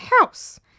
house